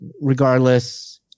regardless